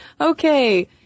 okay